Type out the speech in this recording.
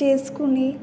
చేసుకొని